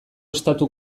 estatu